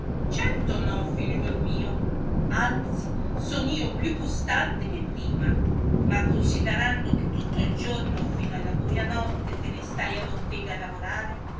certo no figliuol mio anzi son io più costante che prima ma considerando che tutto il giorno fino alla buia notte te ne stai a bottega a lavorare